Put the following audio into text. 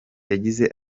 yagize